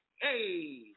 Hey